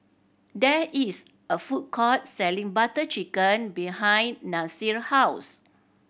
there is a food court selling Butter Chicken behind Nasir house